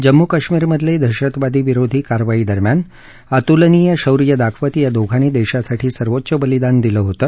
जम्मू कश्मीरमधले दहशतवादी विरोधी करावाईदरम्यान अतुलनिय शौर्य दाखवत या दोघांनी देशासाठी सर्वोच्च बलिदान दिलं होतं